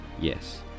Yes